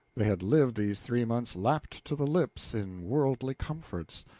they had lived these three months lapped to the lips in worldly comforts.